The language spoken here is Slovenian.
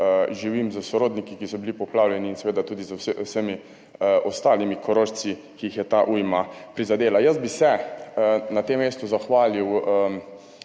živim s sorodniki, ki so bili poplavljeni in seveda tudi z vsemi ostalimi Korošci, ki jih je ta ujma prizadela. Jaz bi se na tem mestu zahvalil